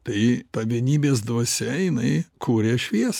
tai ta vienybės dvasia jinai kuria šviesą